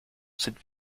sind